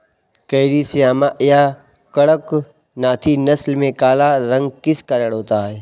Carry Shyama या कड़कनाथी नस्ल में काला रंग किस कारण होता है?